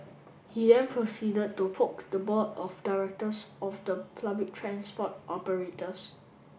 he then proceeded to poke the board of directors of the public transport operators